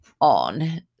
on